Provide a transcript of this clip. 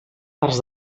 parts